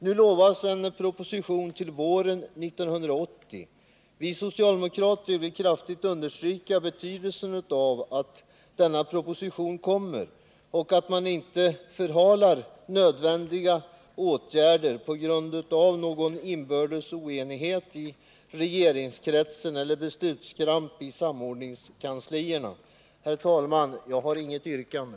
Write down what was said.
Nu utlovas en proposition till våren 1980. Vi socialdemokrater vill kraftigt understryka betydelsen av att en sådan proposition verkligen läggs fram och att man inte förhalar nödvändiga åtgärder på grund av någon inbördes oenighet i regeringskretsen eller på grund av beslutskramp inom samordningskanslierna. Herr talman! Jag har inget yrkande.